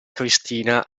cristina